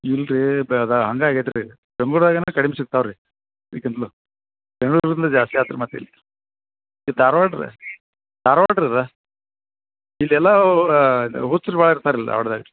ಇಲ್ಲ ರೀ ಬೆಳೆದ ಹಾಗೇ ಅಗೈತಿ ರೀ ಬೆಂಗ್ಳೂರಾಗ ಏನು ಕಡಿಮೆ ಸಿಕ್ತಾವೆ ರೀ ಇದ್ಕಿಂತಲೂ ಬೆಂಗ್ಳೂರಿಂದ ಜಾಸ್ತಿ ಆಯ್ತ್ ರೀ ಮತ್ತು ಇಲ್ಲಿ ಇದು ಧಾರ್ವಾಡ ರೀ ಧಾರ್ವಾಡ ರೀ ಇದ ಇಲ್ಲಿ ಎಲ್ಲ ಓ ಹುಚ್ರು ಭಾಳ್ ಇರ್ತಾರೆ ಇಲ್ಲಿ ಧಾರ್ವಾಡ್ದಾಗ